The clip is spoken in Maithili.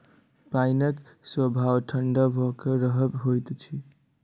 पाइनक स्वभाव ठंढा भ क रहब होइत अछि